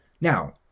Now